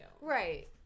right